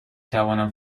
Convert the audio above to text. توانم